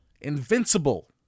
Invincible